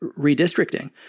redistricting